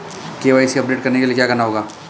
KYC update करने के लिए क्या करना होगा?